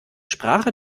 sprache